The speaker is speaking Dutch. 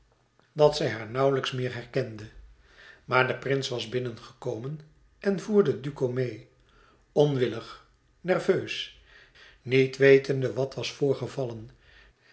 dat zij haar nauwlijks meer herkende maar de prins was binnengekomen en voerde duco meê onwillig nerveus niet wetende wat was voorgevallen